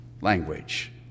Language